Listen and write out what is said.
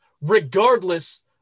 regardless